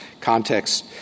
context